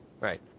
right